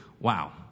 Wow